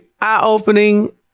eye-opening